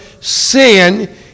sin